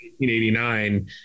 1989